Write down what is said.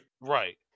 right